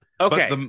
Okay